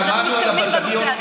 שמענו על הבטריות.